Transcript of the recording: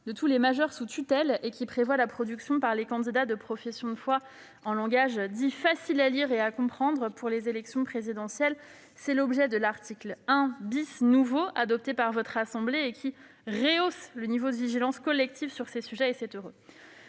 de tous les majeurs sous tutelle et qui prévoit la production par les candidats de professions de foi en langage dit facile à lire et à comprendre pour l'élection présidentielle. C'est l'objet de l'article 1 , adopté par votre assemblée, qui rehausse notre vigilance collective sur ces sujets, et c'est heureux.